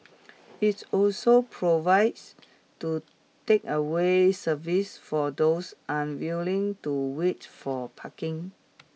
it's also provides to takeaway service for those unwilling to wait for parking